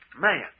Man